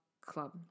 club